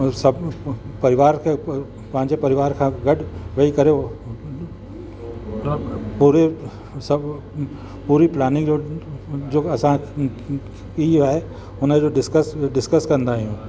सभु परिवार के पंहिंजे परिवार खां गॾु वेही करे पूरे सभु पूरी प्लानिंग जो जो असां की आहे हुनजो डिसकस डिसकस कंदा आहियूं